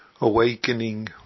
awakening